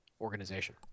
organization